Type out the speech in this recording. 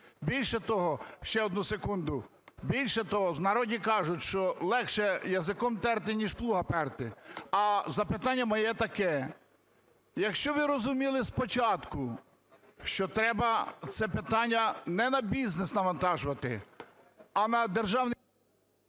Більше того… Ще одну секунду. Більше того, в народі кажуть, що легше язиком терти, ніж плуга перти. А запитання моє таке. Якщо ви розуміли спочатку, що треба це питання не на бізнес навантажувати, а на… ГОЛОВУЮЧИЙ.